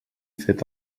fet